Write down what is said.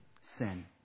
sin